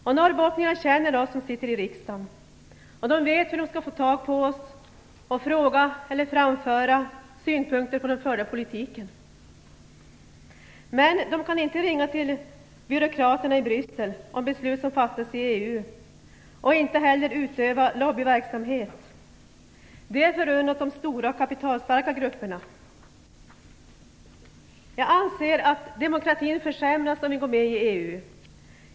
Och norrbottningarna känner oss som sitter i riksdagen och vet hur de kan få tag på oss för att fråga eller framföra synpunkter på den förda politiken. Men de kan inte ringa till byråkraterna i Bryssel om beslut som fattas i EU och inte heller utöva lobbyverksamhet. Det är förunnat de stora kapitalstarka grupperna. Jag anser att demokratin försämras om vi går med i EU.